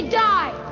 die